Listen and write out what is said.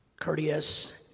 courteous